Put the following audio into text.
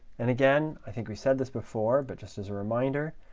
and again, i think we've said this before, but just as a reminder,